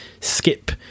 Skip